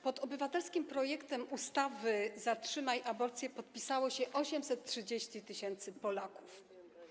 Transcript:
Pod obywatelskim projektem ustawy „Zatrzymaj aborcję” podpisało się 830 tys. Polaków.